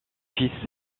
fils